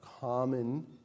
common